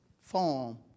form